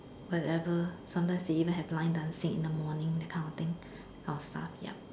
whatever sometimes they even have line dancing in the morning that kind of thing that kind of stuff yup